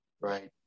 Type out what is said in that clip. right